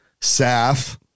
Saf